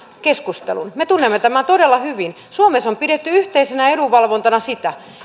keskustelun me tunnemme tämän todella hyvin suomessa on pidetty yhteisenä edunvalvontana sitä